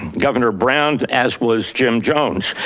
governor brown as was jim jones.